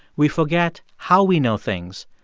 we forget how we know things.